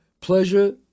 Pleasure